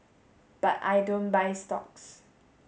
but I don't buy stocks